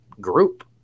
group